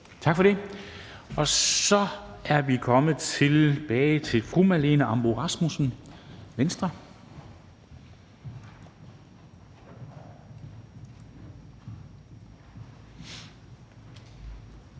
Tak for det. Så er vi kommet tilbage til fru Marlene Ambo-Rasmussen, Venstre.